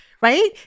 right